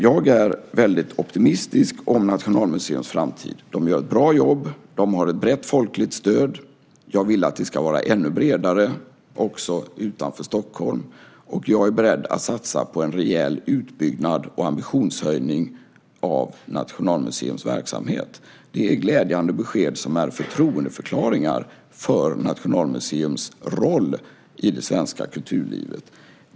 Jag är väldigt optimistisk när det gäller Nationalmuseums framtid. De gör ett bra jobb. De har ett brett folkligt stöd. Jag vill att det ska vara ännu bredare, också utanför Stockholm. Och jag är beredd att satsa på en rejäl utbyggnad och ambitionshöjning av Nationalmuseums verksamhet. Det är glädjande besked som är förtroendeförklaringar för Nationalmuseums roll i det svenska kulturlivet.